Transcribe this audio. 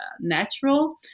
natural